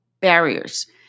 barriers